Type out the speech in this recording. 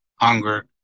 hunger